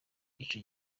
ico